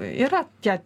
yra tie